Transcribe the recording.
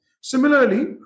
Similarly